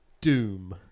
Doom